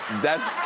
that's,